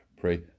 pray